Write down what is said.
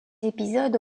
épisodes